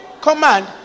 command